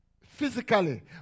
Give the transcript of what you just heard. physically